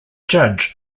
judge